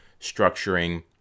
structuring